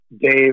Dave